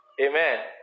Amen